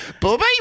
bobby